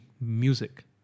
music